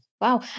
Wow